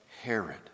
Herod